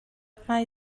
hmai